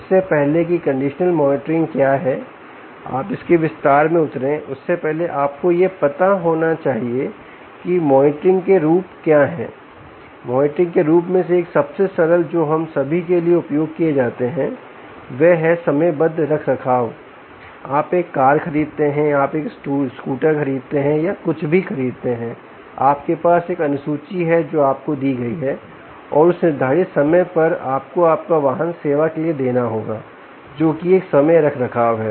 इससे पहले कि कंडीशनल मॉनिटरिंग क्या है आप इसके विस्तार में उतरें उससे पहले आपको यह पता होना चाहिए कि मॉनिटरिंग के रूप क्या हैं मॉनिटरिंग के रूप में से एक सबसे सरल जो हम सभी के लिए उपयोग किए जाते हैं वह समयबद्ध रखरखाव है आप एक कार खरीदते हैंआप एक स्कूटर खरीदते हैं या कुछ भी खरीदते हैं आपके पास एक अनुसूची है जो आपको दी गई है और उस निर्धारित समय पर है आपको अपना वाहन सेवा के लिए देना होगा जो कि एक समय रखरखाव है